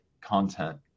content